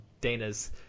Dana's